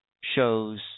shows